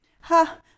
Ha